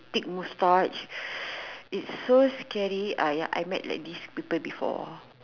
big mustache it's so scary ah ya I met like these people before